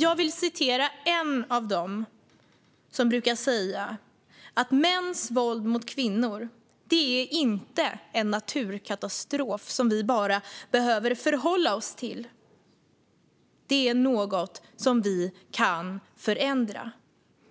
Jag ska återge vad en av dem brukar säga: Mäns våld mot kvinnor är inte en naturkatastrof som vi bara behöver förhålla oss till. Det är något som vi kan förändra.